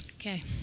Okay